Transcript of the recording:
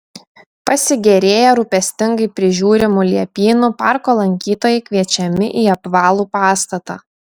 pasigėrėję rūpestingai prižiūrimu liepynu parko lankytojai kviečiami į apvalų pastatą